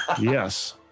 Yes